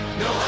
no